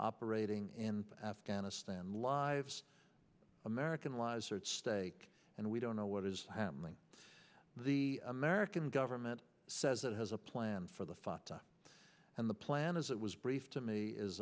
operating in afghanistan lives american lives are at stake and we don't know what is happening to the american government says it has a plan for the fatah and the plan as it was briefed to me is